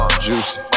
juicy